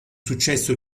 successo